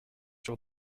sur